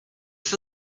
for